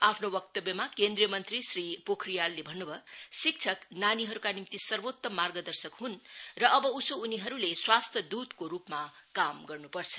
आफ्नो वक्तव्यमा केन्द्रीय मंत्री श्री पोखरियलले भन्न् भयो शिक्षक नानीहरूका निम्ति सर्वोत्तम मार्गदर्शक ह्न् र अबउसो उनीहरूले स्वास्थ्य दूतको रूपमा काम गर्न्पर्छ